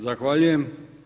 Zahvaljujem.